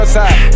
side